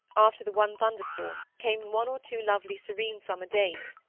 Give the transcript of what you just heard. after the one thunderstorm, came one or two lovely serene summer days,